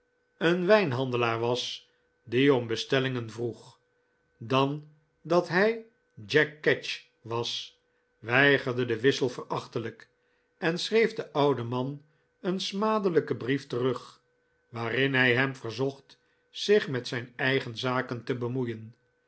een wijnhandelaar was die om bestellingen vroeg dan dat hij jack ketch was weigerde den wissel verachtelijk en schreef den ouden man een smadelijken brief terug waarin hij hem verzocht zich met zijn eigen zaken te bemoeien